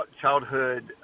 childhood